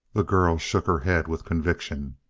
the girl shook her head with conviction.